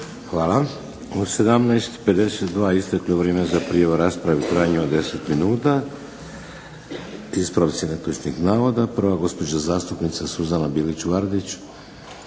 Hvala. U 17,52 isteklo je vrijeme za prijavu rasprave u trajanju od 10 minuta. Ispravci netočnih navoda. Prva gospođa zastupnica Suzana Bilić Vardić.